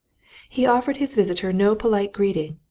he offered his visitor no polite greeting,